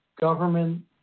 government